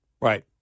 Right